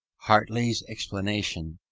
hartley's explanation,